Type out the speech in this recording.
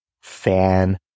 fan